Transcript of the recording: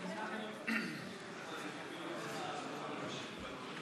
ההסתייגות (109) של חבר הכנסת נחמן שי